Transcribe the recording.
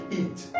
eat